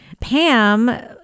Pam